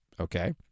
Okay